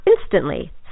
instantly